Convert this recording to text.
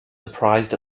surprised